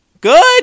good